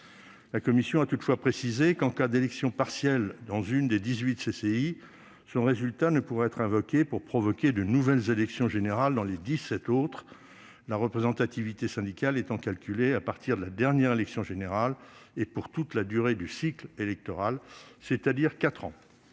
La commission a toutefois précisé que, en cas d'élection partielle dans l'une des 18 CCI, le résultat de celle-ci ne pourra être invoqué pour provoquer de nouvelles élections générales dans les 17 autres, la représentativité syndicale étant calculée à partir de la dernière élection générale et pour toute la durée du cycle électoral, c'est-à-dire quatre